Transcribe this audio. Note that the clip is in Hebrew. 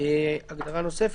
(4)רשימת נאמנים מחוזית ליחידים,